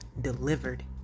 delivered